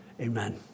Amen